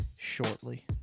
shortly